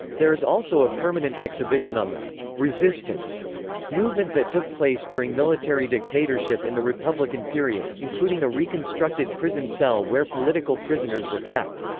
there is also a permanent exhibition on the resistance movement that took place during military dictatorship in the republican period, including a reconstructed prison cell where political prisoners were kept.